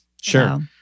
sure